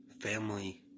Family